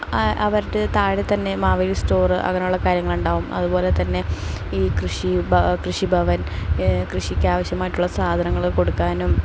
അവരുടേത് താഴെത്തന്നെ മാവേലി സ്റ്റോറ് അങ്ങനെയുള്ള കാര്യങ്ങളുണ്ടാവും അതുപോലെത്തന്നെ ഈ കൃഷി കൃഷിഭവൻ കൃഷിക്കാവിശ്യമായിട്ടുള്ള സാധനങ്ങൾ കൊടുക്കാനും